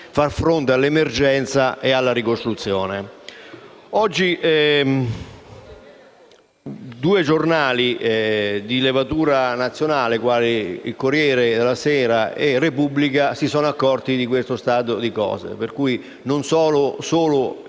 far fronte all'emergenza e alla ricostruzione. Oggi due giornali di levatura nazionale, quali il «Corriere della sera» e la «Repubblica», si sono accorti di questo stato di cose, quindi non sono